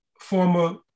former